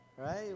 Right